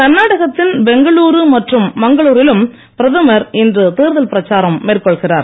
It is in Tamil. கர்நாடகத்தின் பெங்களூரு மற்றும் மங்களூரிலும் பிரதமர் இன்று தேர்தல் பிரச்சாரம் மேற்கொள்கிறார்